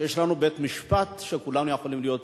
שיש לנו בית-משפט שכולנו יכולים להיות